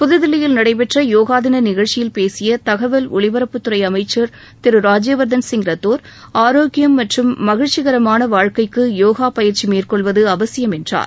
புத்தில்லியில் நடைபெற்ற யோகா தின் நிகழ்ச்சியில் பேசிய தகவல் ஒலிபரப்புத் துறை அமைச்சர் திரு ராஜ்யவர்தன் சிங் ரத்தோர் ஆரோக்கியம் மற்றும் மகிழ்ச்சிகரமான வாழ்க்கைக்கு யோகா பயிற்சி மேற்கொள்வது அவசியம் என்றார்